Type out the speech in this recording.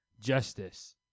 justice